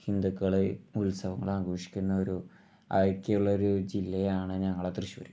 ഹിന്ദുക്കൾ ഉത്സവങ്ങൾ ആഘോഷിക്കുന്ന ഒരു ഐക്യമുള്ളൊരു ജില്ലയാണ് ഞങ്ങളെ തൃശ്ശൂർ